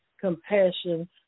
compassion